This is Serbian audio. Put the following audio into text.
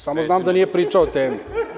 Samo znam da nije pričao o temi.